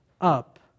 up